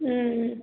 ம்ம்